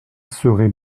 serait